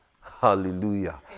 hallelujah